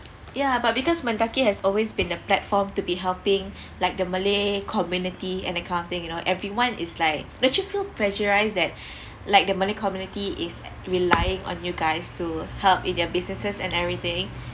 ya but because MENDAKI has always been a platform to be helping like the malay community and the kind of thing you know everyone is like don't you feel pressurised that like the malay community is relying on you guys to help in their businesses and everything